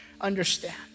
understand